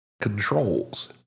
controls